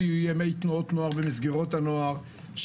יהיו ימי תנועות נוער ומסגרות הנוער.